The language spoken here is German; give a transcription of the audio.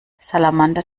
salamander